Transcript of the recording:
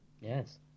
Yes